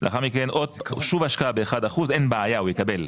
לאחר מכן שוב השקעה של 1% אין בעיה הוא יקבל.